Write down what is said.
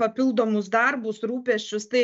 papildomus darbus rūpesčius tai